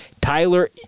Tyler